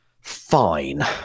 fine